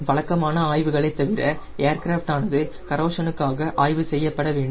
வழக்கமான ஆய்வுகளைத் தவிர ஏர்கிராஃப்ட் ஆனது கரோஷனுக்காக ஆய்வு செய்யப்பட வேண்டும்